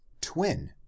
twin